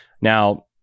Now